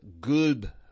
good